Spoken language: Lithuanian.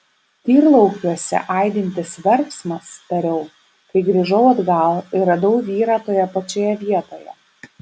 tyrlaukiuose aidintis verksmas tariau kai grįžau atgal ir radau vyrą toje pačioje vietoje